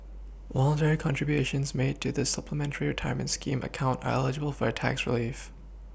voluntary contributions made to the Supplementary retirement scheme account are eligible for a tax Relief